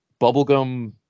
bubblegum